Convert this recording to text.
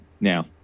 now